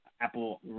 Apple